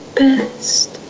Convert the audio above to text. best